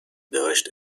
داشت